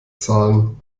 zahlen